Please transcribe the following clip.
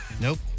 Nope